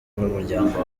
n’umuryango